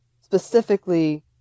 specifically